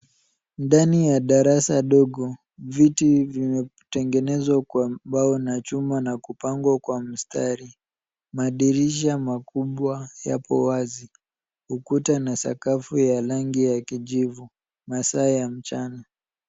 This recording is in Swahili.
Ndani ya darasa dogo, viti vimetengenezwa kwa mbao na chuma na kupangwa kwa mstari. Madirisha makubwa yapo wazi. Ukuta na sakafu ya rangi ya kijivu. Masaa ya mchana.